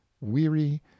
weary